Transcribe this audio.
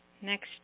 Next